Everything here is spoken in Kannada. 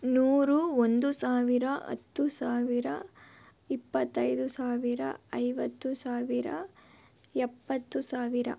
ನೂರು ಒಂದು ಸಾವಿರ ಹತ್ತು ಸಾವಿರ ಇಪ್ಪತ್ತೈದು ಸಾವಿರ ಐವತ್ತು ಸಾವಿರ ಎಪ್ಪತ್ತು ಸಾವಿರ